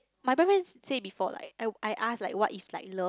my boyfriend say before like I I ask like what if like love